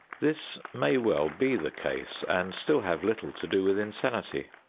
this may well be the case and still have little to do with insanity.